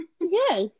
Yes